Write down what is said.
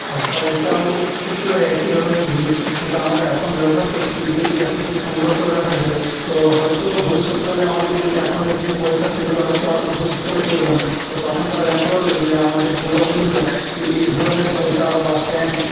আর পয়সাও ক্ষেত্রেও একই ধরনের জিনিস যেটা আমরা এখন ব্যবহার করছি এগুলো যদি এখন থেকে সংগ্রহ করে রাখা যায় তো হয়তো ভবিষ্যৎকালে আমাদের এই এখনের যে পয়সা সেইগুলো হয়তো আর ভবিষ্যৎকালে চলবে না তো তখন তারা জানতে পারবে যে আমাদের পূর্বা পুরুষরা যে এই ধরনের পয়সা বা স্ট্যাম্প